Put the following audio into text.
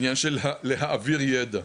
העניין של להעביר ידע.